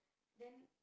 then